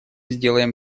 сделаем